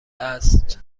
است